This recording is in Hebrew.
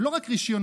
ולא רק רישיונות,